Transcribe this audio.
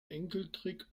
enkeltrick